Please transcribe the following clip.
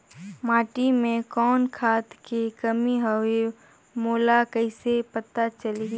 माटी मे कौन खाद के कमी हवे मोला कइसे पता चलही?